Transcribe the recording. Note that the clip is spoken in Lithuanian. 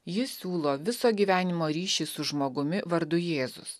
ji siūlo viso gyvenimo ryšį su žmogumi vardu jėzus